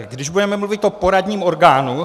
Když budeme mluvit o poradním orgánu.